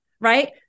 right